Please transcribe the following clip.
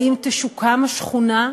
האם תשוקם השכונה?